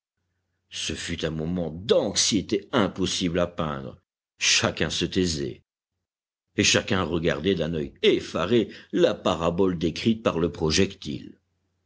ce fut un moment d'anxiété impossible à peindre chacun se taisait et chacun regardait d'un œil effaré la parabole décrite par le projectile